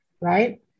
right